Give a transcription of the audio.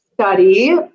study